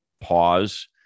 pause